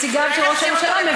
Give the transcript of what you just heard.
הראשון,